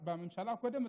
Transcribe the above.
בממשלה הקודמת,